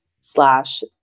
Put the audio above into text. slash